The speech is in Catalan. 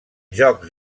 jocs